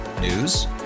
News